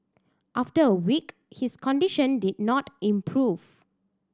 after a week his condition did not improve